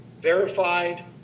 verified